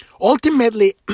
Ultimately